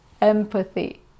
empathy